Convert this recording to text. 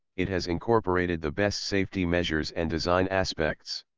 it has incorporated the best safety measures and design aspects.